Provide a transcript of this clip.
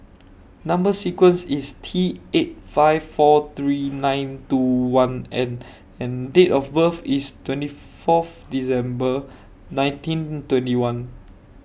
Number sequence IS T eight five four three nine two one N and Date of birth IS twenty Fourth December nineteen twenty one